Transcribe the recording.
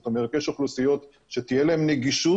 זאת אומרת, יש אוכלוסיות שתהיה להם נגישות